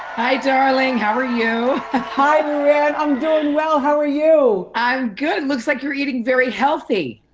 hi darling, how are you? hi, luann! i'm doing well, how are you? i'm good, looks like you're eating very healthy.